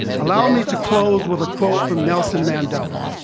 allow me to close with a quote from nelson mandela